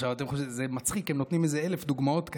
זה מצחיק, הם נותנים איזה אלף דוגמאות כאלה.